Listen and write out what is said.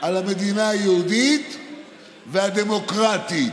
על המדינה היהודית והדמוקרטית,